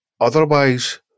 Otherwise